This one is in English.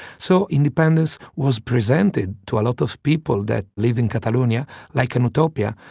so independence was presented to a lot of people that live in catalonia like and a utopia,